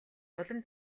улам